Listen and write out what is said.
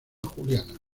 juliana